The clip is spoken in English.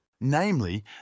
Namely